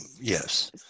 Yes